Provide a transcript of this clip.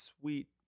sweet